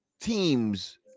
teams